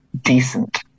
decent